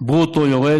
ברוטו יורד,